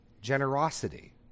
generosity